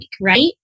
right